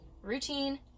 routine